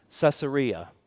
Caesarea